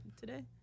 today